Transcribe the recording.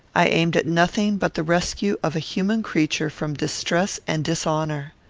i aimed at nothing but the rescue of a human creature from distress and dishonour.